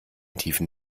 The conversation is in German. tiefen